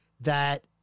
that-